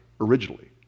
originally